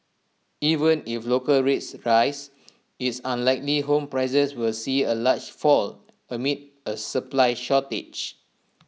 even if local rates rise it's unlikely home prices will see A large fall amid A supply shortage